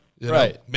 Right